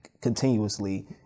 continuously